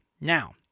Now